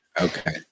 okay